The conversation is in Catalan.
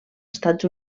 estats